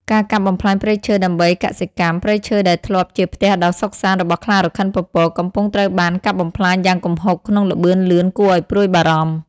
ការកាប់បំផ្លាញព្រៃឈើដើម្បីកសិកម្ម ព្រៃឈើដែលធ្លាប់ជាផ្ទះដ៏សុខសាន្តរបស់ខ្លារខិនពពក កំពុងត្រូវបានកាប់បំផ្លាញយ៉ាងគំហុកក្នុងល្បឿនលឿនគួរឲ្យព្រួយបារម្ភ។